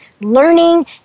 learning